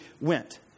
went